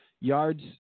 yards